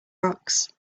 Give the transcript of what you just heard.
rocks